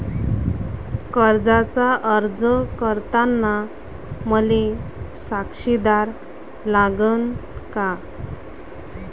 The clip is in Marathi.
कर्जाचा अर्ज करताना मले साक्षीदार लागन का?